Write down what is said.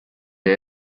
der